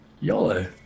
Yolo